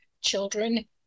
children